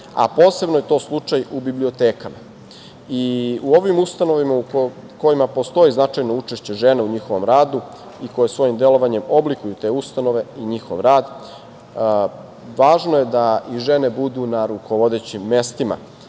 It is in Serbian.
a posebno je to slučaj u bibliotekama. U ovim ustanovama u kojima postoji značajno učešće žena u njihovom radu i koje svojim delovanjem oblikuju te ustanove i njihov rad, važno je da i žene budu na rukovodećim mestima,